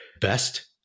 best